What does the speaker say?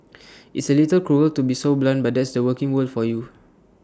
it's A little cruel to be so blunt but that's the working world for you